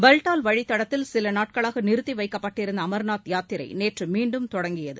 பல்டால் வழித்தடத்தில் சில நாட்களாக நிறுத்தி வைக்கப்பட்டிருந்த அமர்நாத் யாத்திரை நேற்று மீண்டும் தொடங்கியது